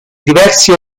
diversi